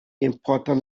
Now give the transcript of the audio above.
important